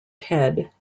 ted